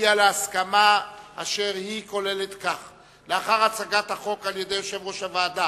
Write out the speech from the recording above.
הגיעו להסכמה אשר כוללת כך: לאחר הצגת החוק על-ידי יושב-ראש הוועדה,